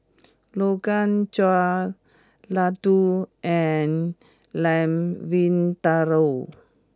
Rogan Josh Ladoo and Lamb Vindaloo